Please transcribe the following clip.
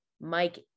Mike